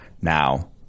Now